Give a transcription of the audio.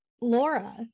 Laura